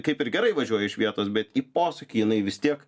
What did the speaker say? kaip ir gerai važiuoja iš vietos bet į posūkį jinai vis tiek